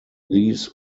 these